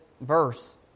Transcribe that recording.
verse